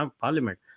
parliament